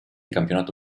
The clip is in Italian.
campionato